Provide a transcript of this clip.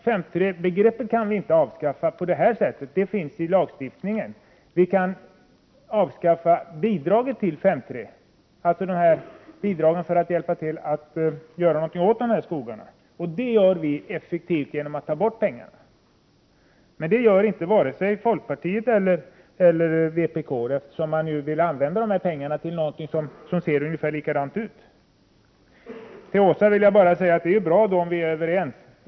5:3-begreppet kan vi alltså inte avskaffa på det här sättet — det finns i lagen. Vi kan avskaffa bidragen till 5:3-skogar, dvs. de bidrag som är till för att hjälpa till att göra någonting åt de skogarna, och det gör vi effektivt genom att ta bort pengarna. Men det gör vare sig folkpartiet eller vpk, eftersom de vill använda pengarna till någonting som ser ungefär likadant ut. Till Åsa Domeij vill jag bara säga att det är bra om vi är överens.